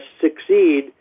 succeed